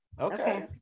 okay